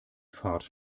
fahrt